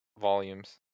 volumes